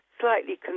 slightly